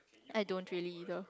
I don't really either